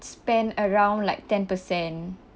spend around like ten percent